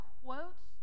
quotes